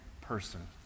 person